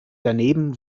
daneben